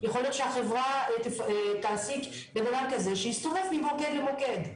יכול להיות שהחברה תעסיק בן אדם כזה שיסתובב ממוקד למוקד,